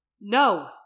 No